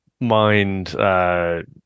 mind –